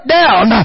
down